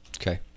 Okay